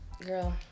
Girl